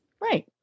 Right